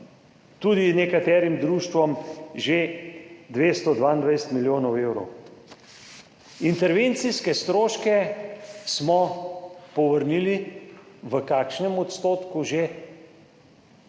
tudi nekaterim društvom že 222 milijonov evrov. Intervencijske stroške smo povrnili. V kakšnem odstotku že?